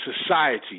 society